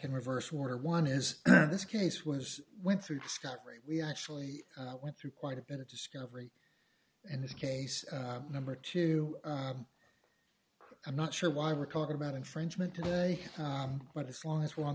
in reverse order one is this case was went through discovery we actually went through quite a bit of discovery in this case number two i'm not sure why we're talking about infringement today but as long as we're on